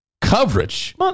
coverage